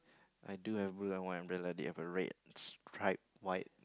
I do have blue and white umbrella they have a red stripe white